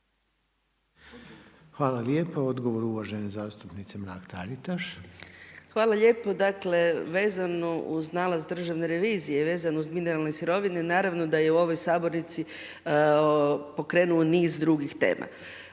Hvala lijepa. Odgovor uvažene zastupnice Mrak-Taritaš. **Mrak-Taritaš, Anka (GLAS)** Hvala lijepo. Dakle vezano uz nalaz Državne revizije, vezano uz mineralne sirovine naravno da je u ovoj sabornici pokrenuo niz drugih tema.